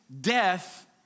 death